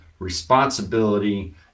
responsibility